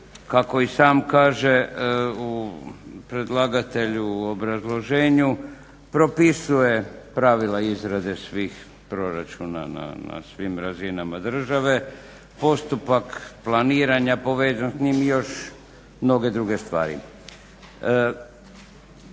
kako i sam kaže predlagatelj u obrazloženju propisuje pravila izrade svih proračuna na svim razinama države, postupak planiranja povezan s njim i još mnoge druge stvari.